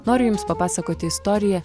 noriu jums papasakoti istoriją